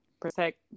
protect